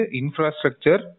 infrastructure